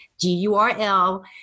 g-u-r-l